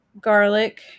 garlic